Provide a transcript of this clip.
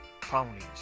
Ponies